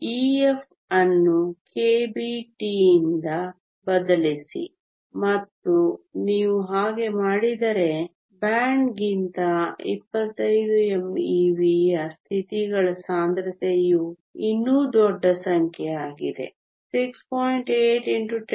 Ef ಅನ್ನು kBT ಯಿಂದ ಬದಲಿಸಿ ಮತ್ತು ನೀವು ಹಾಗೆ ಮಾಡಿದರೆ ಬ್ಯಾಂಡ್ಗಿಂತ 25 mev ಯ ಸ್ಥಿತಿಗಳ ಸಾಂದ್ರತೆಯು ಇನ್ನೂ ದೊಡ್ಡ ಸಂಖ್ಯೆಯಾಗಿದೆ 6